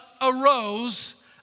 arose